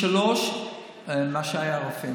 פי-שלושה ממה שהיו, רופאים.